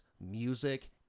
music